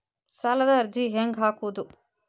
ಸಾಲದ ಅರ್ಜಿ ಹೆಂಗ್ ಹಾಕುವುದು?